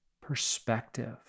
perspective